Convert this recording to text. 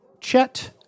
Chet